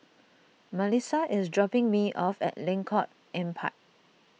Malissa is dropping me off at Lengkok Empat